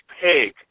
pig